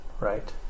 right